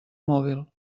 mòbil